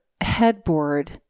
headboard